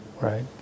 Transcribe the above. right